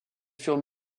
furent